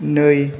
नै